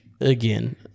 again